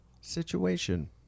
Situation